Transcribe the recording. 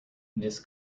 this